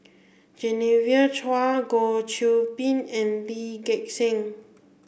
Genevieve Chua Goh Qiu Bin and Lee Gek Seng